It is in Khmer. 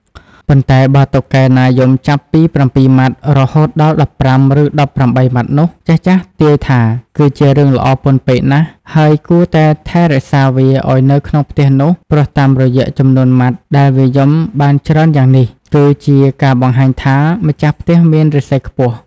ប៉ុន្តែបើតុកកែណាយំចាប់ពី ៧ម៉ាត់ រហូតទៅដល់ ១៥ ឬ ១៨ ម៉ាត់នោះ ចាស់ៗទាយថា គឺជារឿងល្អពន់ពេកណាស់ ហើយគួរតែថែរក្សាវាឱ្យនៅក្នុងផ្ទះនោះ ព្រោះតាមរយៈចំនួនម៉ាត់ដែលវាយំបានច្រើនយ៉ាងនេះ គឺជាការបង្ហាញថា ម្ចាស់ផ្ទះមានរាសីខ្ពស់។